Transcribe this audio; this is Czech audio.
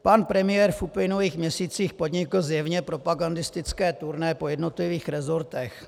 Pan premiér v uplynulých měsících podnik zjevně propagandistické turné po jednotlivých resortech.